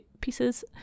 pieces